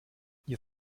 ihr